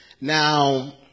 Now